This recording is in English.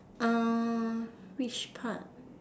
err which part